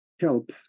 help